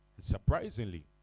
surprisingly